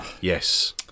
Yes